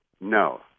no